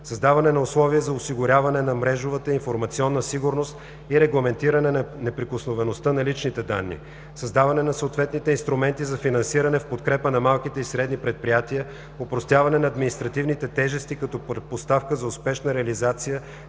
създаване на условия за осигуряване на мрежовата и информационна сигурност и регламентиране на неприкосновеността на личните данни; - създаване на съответните инструменти за финансиране в подкрепа на малките и средни предприятия, опростяване на административните тежести като предпоставка за успешна реализация